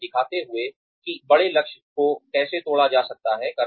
उन्हें दिखाते हुए कि बड़े लक्ष्य को कैसे तोड़ा जा सकता है